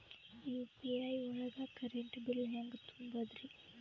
UPI ಒಳಗ current bill ಹೆಂಗ್ ತುಂಬದ್ರಿ?